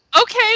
Okay